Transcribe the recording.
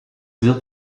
wird